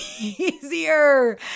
easier